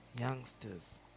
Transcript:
youngsters